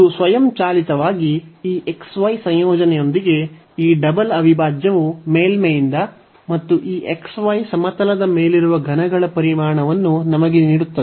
ಇದು ಸ್ವಯಂಚಾಲಿತವಾಗಿ ಈ xy ಸಂಯೋಜನೆಯೊಂದಿಗೆ ಈ ಡಬಲ್ ಅವಿಭಾಜ್ಯವು ಮೇಲ್ಮೈಯಿಂದ ಮತ್ತು ಈ xy ಸಮತಲದ ಮೇಲಿರುವ ಘನಗಳ ಪರಿಮಾಣವನ್ನು ನಮಗೆ ನೀಡುತ್ತದೆ